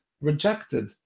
rejected